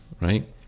right